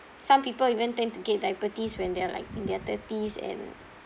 some people even tend to get diabetes when they are like in their thirties and